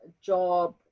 job